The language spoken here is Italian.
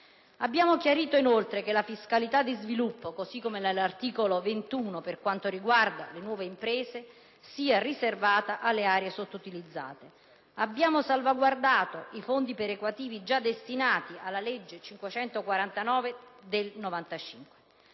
Abbiamo chiarito, inoltre, che la fiscalità di sviluppo, così come l'articolo 21 per quanto riguarda le nuove imprese, sia riservata alle aree sottoutilizzate. Abbiamo salvaguardato, infine, i fondi perequativi già destinati alla legge n. 549 del 1995.